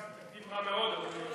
זה תקדים רע מאוד.